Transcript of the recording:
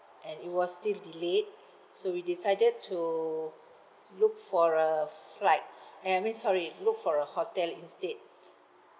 and it was still delayed so we decided to look for a flight uh I mean sorry look for a hotel instead